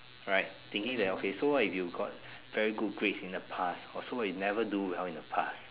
right thinking that okay so what if you got very good grades in the past or so what if you never do well in the past